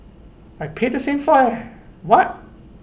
I paid the same fire what